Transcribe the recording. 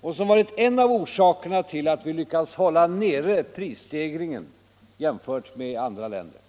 och som varit en av orsakerna till att vi lyckats hålla nere prisstegringarna jämfört med andra länder.